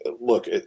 look